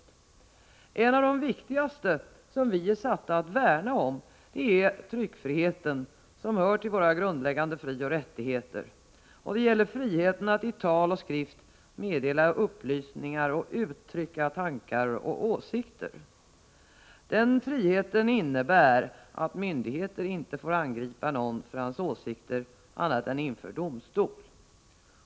statsrådens tjänste En av de viktigaste principerna vi är satta att värna om är tryckfriheten, som hör till våra grundläggande frioch rättigheter och gäller friheten att i tal och skrift meddela upplysningar och uttrycka tankar och åsikter. Den ::;:: E Visst uttalan friheten innebär att myndigheter inte får angripa någon för hans åsikter annat statsrädsbi E av ER A , ä eredän inför domstol.